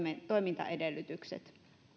toimintaedellytykset